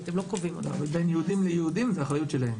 והשוטרים אלה שבודקים את האנשים שנכנסים להר הבית.